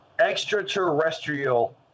extraterrestrial